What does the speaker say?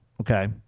okay